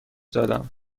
دادم